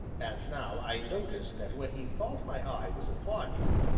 and now i noticed that when he thought my eye was upon him,